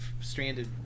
stranded